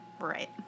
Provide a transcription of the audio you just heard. Right